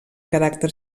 caràcter